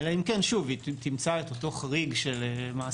אלא אם כן היא תמצא את אותו חריג של מעסיק,